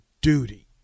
duty